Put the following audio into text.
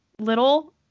little